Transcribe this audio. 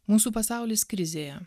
mūsų pasaulis krizėje